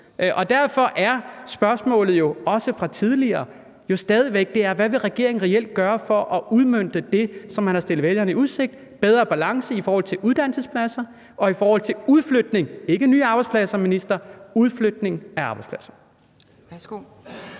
Derfor er spørgsmålet, også fra tidligere, stadig væk: Hvad vil regeringen reelt gøre for at udmønte det, som man har stillet vælgerne i udsigt: bedre balance i forhold til uddannelsespladser og i forhold til udflytning, så ikke nye arbejdspladser,